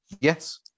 Yes